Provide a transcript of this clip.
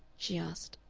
she asked.